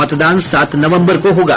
मतदान सात नवम्बर को होगा